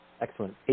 Excellent